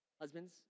Husbands